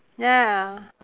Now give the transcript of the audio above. ya